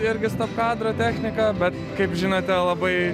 irgi stop kadro techniką bet kaip žinote labai